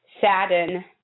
sadden